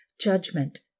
judgment